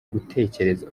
gutekereza